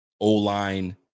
O-line